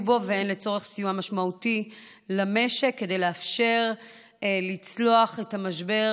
בו והן לצורך סיוע משמעותי למשק כדי לאפשר לצלוח את המשבר,